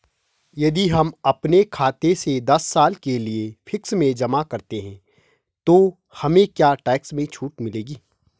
यदि हम अपने खाते से दस साल के लिए फिक्स में जमा करते हैं तो हमें क्या टैक्स में छूट मिलेगी?